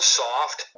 soft